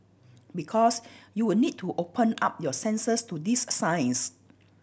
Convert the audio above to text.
because you were need to open up your senses to these a signs